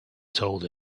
told